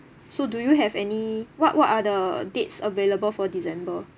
so do you have any what what are the dates available for december